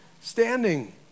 standing